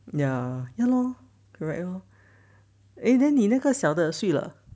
ya ya lor correct lor eh then 你那个小的睡了